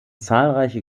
zahlreiche